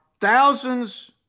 thousands